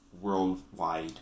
worldwide